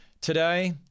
Today